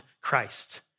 Christ